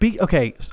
Okay